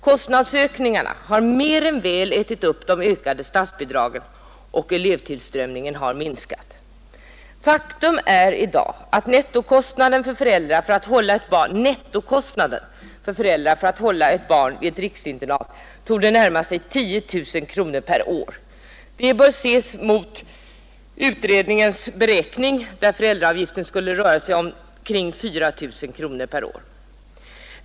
Kostnadsökningarna har mer än väl ätit upp de ökade statsbidragen, och elevtillströmningen har minskat. Faktum är i dag att nettokostnaden för föräldrar för att hålla ett barn i ett riksinternat torde närma sig 10 000 kronor per år. Det bör ses mot bakgrund av den beräkning som gjordes av den utredning som behandlade frågan och enligt vilken föräldraavgiften skulle vara omkring 4 000 kronor per år.